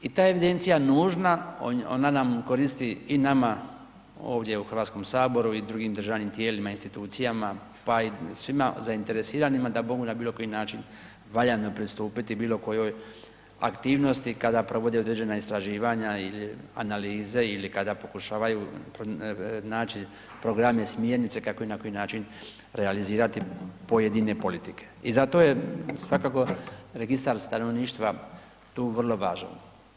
I ta evidencija je nužna, ona nam koristi i nama ovdje u HS i drugim državnim tijelima i institucijama, pa i svima zainteresiranima da mogu na bilo koji način valjano pristupiti bilo kojoj aktivnosti kada provodi određena istraživanja ili analize ili kada pokušavaju naći programe, smjernice, kako i na koji način realizirati pojedine politike i zato je svakako registar stanovništva tu vrlo važan.